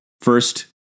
First